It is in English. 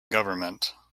government